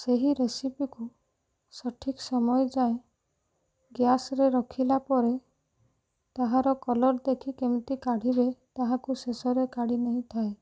ସେହି ରେସିପିକୁ ସଠିକ୍ ସମୟ ଯାଏଁ ଗ୍ୟାସ୍ରେ ରଖିଲାପରେ ତାହାର କଲର୍ ଦେଖି କେମିତି କାଢ଼ିବେ ତାହାକୁ ଶେଷରେ କାଢ଼ି ନେଇଥାଏ